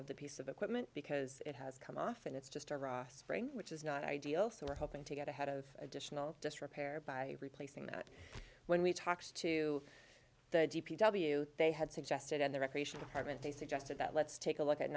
of the piece of equipment because it has come off and it's just a raw spring which is not ideal so we're hoping to get ahead of additional disrepair by replacing that when we talked to the d p w they had suggested in the recreation department they suggested that let's take a look at